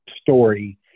story